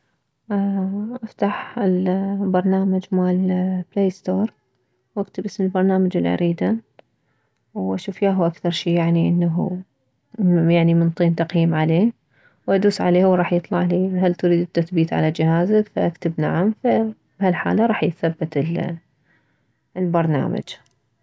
افتح البرنامج مالبلاي ستور واكتب اسم البرنامج اللي اريده واشوف ياهو اكثر شي يعني انه منطين يعني تقييم عليه وادوس عليه هو راح يطلعلي هل تريد التثبيت على جهازك فأكتب نعم فبهالحالة راح يتثبت البرنامج